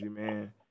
man